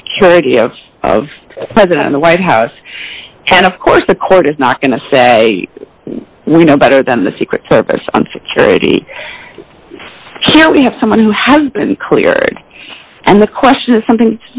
security at present in the white house and of course the quote is not going to say we know better than the secret service on security here we have someone who has been cleared and the question is something